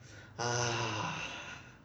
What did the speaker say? ah